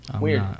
weird